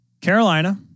Carolina